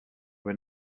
were